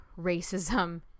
racism